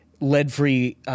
lead-free